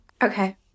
Okay